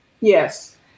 Yes